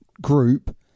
group